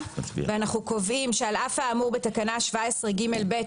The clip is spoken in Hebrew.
ואנחנו קובעים שעל אף האמור בתקנות 17ג(ב),